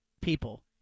people